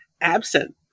absent